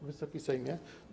Wysoki Sejmie!